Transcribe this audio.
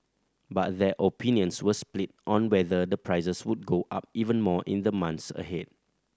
but their opinions were split on whether the prices would go up even more in the months ahead